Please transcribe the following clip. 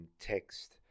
text